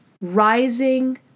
Rising